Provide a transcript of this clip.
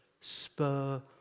spur